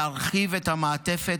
להרחיב את המעטפת.